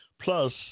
Plus